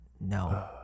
No